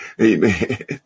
Amen